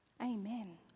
Amen